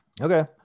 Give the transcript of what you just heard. Okay